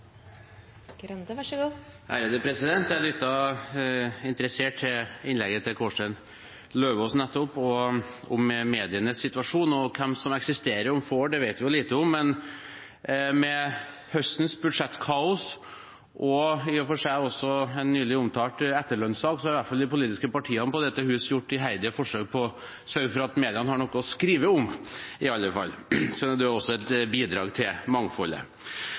til innlegget til Kårstein Eidem Løvås nettopp om medienes situasjon. Hvilke som eksisterer om få år, vet vi lite om, men med høstens budsjettkaos, og i og for seg også med en nylig omtalt etterlønnssak, har i alle fall de politiske partiene i dette hus gjort iherdige forsøk på å sørge for at media har noe å skrive om. Det er også et bidrag til mangfoldet.